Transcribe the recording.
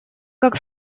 как